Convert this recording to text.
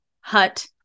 hut